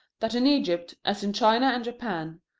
that in egypt, as in china and japan,